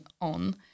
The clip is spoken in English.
on